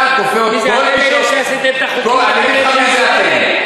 אתה כופה, כל מי, אני אגיד לך מי זה "אתם":